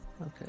Okay